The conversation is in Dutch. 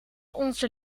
onze